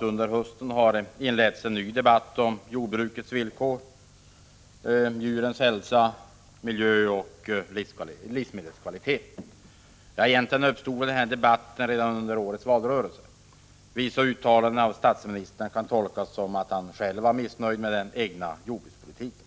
Under hösten har inletts en ny debatt om jordbrukets villkor, djurens hälsa, miljö och livsmedelskvalitet. Ja, egentligen uppstod debatten redan under årets valrörelse. Vissa uttalanden av statsministern kan tolkas så, att han själv var missnöjd med den egna jordbrukspolitiken.